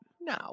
No